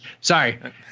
Sorry